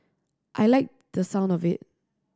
I liked the sound of it